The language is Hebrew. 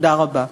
תודה רבה.